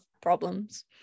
problems